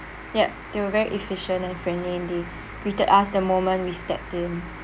ya they were very efficient and friendly and they greeted us the moment we stepped in